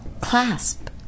Clasp